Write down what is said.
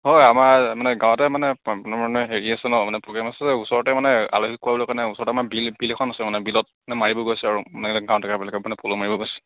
হয় আমাৰ মানে গাঁৱতে মানে আপোনাৰ মানে হেৰি আছে ন মানে প্ৰ'গেম আছে যে ওচৰতে মানে আলহীক খোৱাবলে কাৰণে ওচৰতে মানে বিল বিল এখন আছে মানে বিলত মাৰিব গৈছে আৰু পলহ মাৰিব গৈছে